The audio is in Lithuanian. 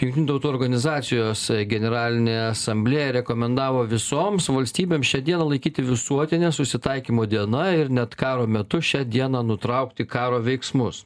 jungtinių tautų organizacijos generalinė asamblėja rekomendavo visoms valstybėms šią dieną laikyti visuotine susitaikymo diena ir net karo metu šią dieną nutraukti karo veiksmus